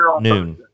noon